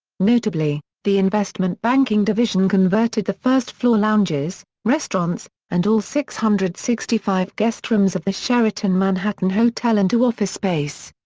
notably, the investment-banking division converted the first-floor lounges, restaurants, and all six hundred and sixty five guestrooms of the sheraton manhattan hotel into office space.